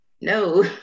no